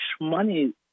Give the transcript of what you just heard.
money